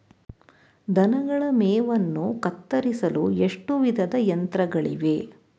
ದನಗಳ ಮೇವನ್ನು ಕತ್ತರಿಸಲು ಎಷ್ಟು ವಿಧದ ಯಂತ್ರಗಳಿವೆ?